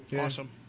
Awesome